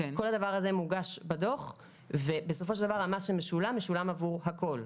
כל הדבר הזה מוגש בדוח ובסופו של דבר המס משולם עבור הכול.